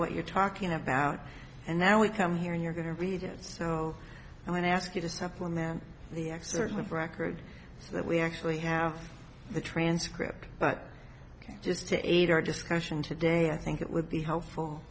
what you're talking about and then we come here and you're going to read it so i'm going to ask you to supplement the excerpts of record so that we actually have the transcript but just to aid our discussion today i think it would be helpful